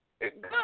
Good